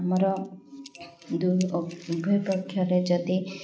ଆମର ଦୁ ଅ ଉଭୟ ପକ୍ଷରେ ଯଦି